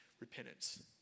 Repentance